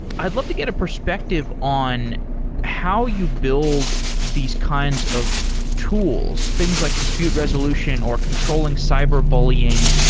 i'd love to get a perspective on how you build these kinds of tools, things like dispute resolution or controlling cyber bullying,